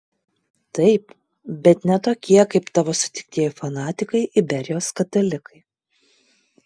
taip bet ne tokie kaip tavo sutiktieji fanatikai iberijos katalikai